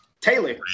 Taylor